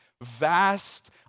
Vast